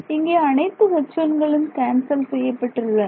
இங்கே அனைத்து H1களும் கேன்சல் செய்யப்படுகின்றன